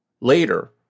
Later